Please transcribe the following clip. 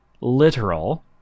literal